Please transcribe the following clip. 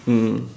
mm